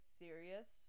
serious